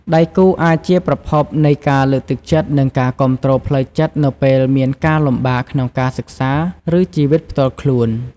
ដៃគូអាចជាប្រភពនៃការលើកទឹកចិត្ត និងការគាំទ្រផ្លូវចិត្តនៅពេលមានការលំបាកក្នុងការសិក្សា ឬជីវិតផ្ទាល់ខ្លួន។